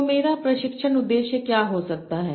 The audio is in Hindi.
तो मेरा प्रशिक्षण उद्देश्य क्या हो सकता है